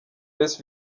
best